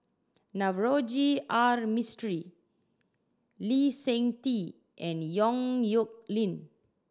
Navroji R Mistri Lee Seng Tee and Yong Nyuk Lin